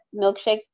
milkshake